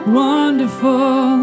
wonderful